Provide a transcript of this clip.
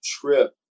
trip